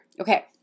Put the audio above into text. Okay